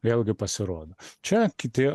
vėlgi pasirodo čia kiti